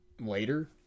later